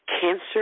cancer